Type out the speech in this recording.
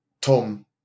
Tom